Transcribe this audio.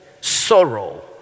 sorrow